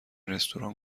رستوران